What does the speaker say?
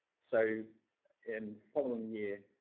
so in following year,